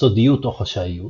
סודיות או חשאיות